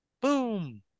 boom